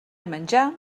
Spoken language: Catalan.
menjar